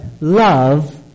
love